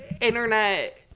internet